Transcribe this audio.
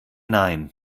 nein